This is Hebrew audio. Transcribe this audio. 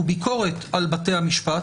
הוא ביקורת על בתי המשפט.